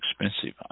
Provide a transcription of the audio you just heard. expensive